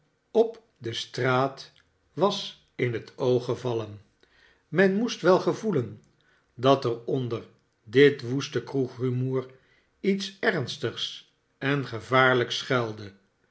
op de straat was in het oog gevallen men moest wel gevoelen dat er onder dit woeste kroegrumoer iets ernstigs en gevaarlijks schuilde